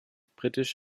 britisch